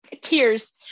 tears